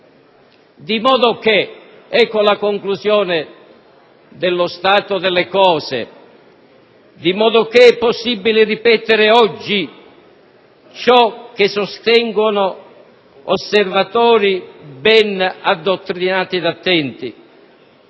Di modo che, ed ecco la conclusione dello stato delle cose, è possibile ripetere oggi ciò che sostengono osservatori bene addottrinati ed attenti: